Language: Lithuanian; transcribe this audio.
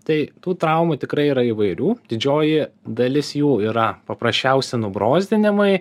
tai tų traumų tikrai yra įvairių didžioji dalis jų yra paprasčiausi nubrozdinimai